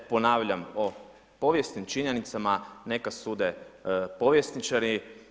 Ponavljam o povijesnim činjenicama neka sude povjesničari.